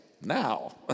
now